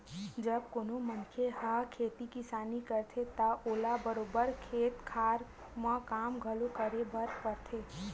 जब कोनो मनखे ह खेती किसानी करथे त ओला बरोबर खेत खार म काम घलो करे बर परथे